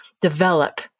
develop